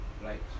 right